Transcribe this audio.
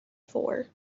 for